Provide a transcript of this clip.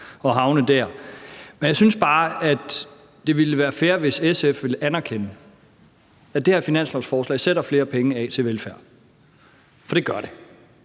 at havne dér. Men jeg synes bare, at det ville være fair, hvis SF ville anerkende, at det her finanslovsforslag sætter flere penge af til velfærd, for det gør det,